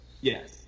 Yes